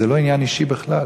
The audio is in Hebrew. שזה לא עניין אישי בכלל.